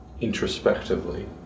introspectively